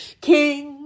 king